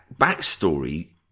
backstory